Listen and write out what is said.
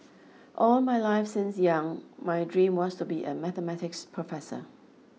all my life since young my dream was to be a Mathematics professor